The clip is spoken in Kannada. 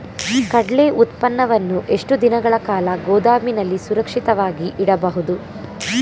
ಕಡ್ಲೆ ಉತ್ಪನ್ನವನ್ನು ಎಷ್ಟು ದಿನಗಳ ಕಾಲ ಗೋದಾಮಿನಲ್ಲಿ ಸುರಕ್ಷಿತವಾಗಿ ಇಡಬಹುದು?